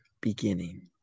beginning